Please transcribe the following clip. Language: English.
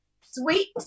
sweet